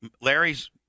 Larry's